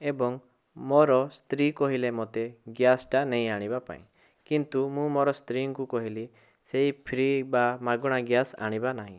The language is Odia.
ଏବଂ ମୋର ସ୍ତ୍ରୀ କହିଲେ ମୋତେ ଗ୍ୟାସ୍ ଟା ନେଇଆଣିବା ପାଇଁ କିନ୍ତୁ ମୁଁ ମୋର ସ୍ତ୍ରୀଙ୍କୁ କହିଲି ସେଇ ଫ୍ରି ବା ମାଗଣା ଗ୍ୟାସ୍ ଆଣିବା ନାହିଁ